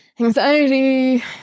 Anxiety